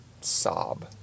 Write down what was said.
sob